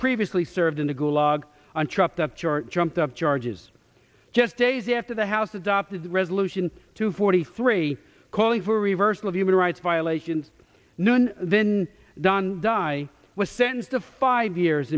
previously served in the gulag on trumped up short jumped up charges just days after the house adopted resolution two forty three calling for reversal of human rights violations noon then don die was sentenced to five years